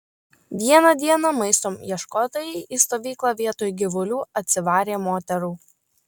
vieną dieną maisto ieškotojai į stovyklą vietoj gyvulių atsivarė moterų